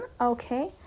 okay